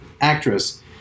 actress